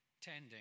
tending